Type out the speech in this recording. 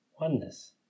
oneness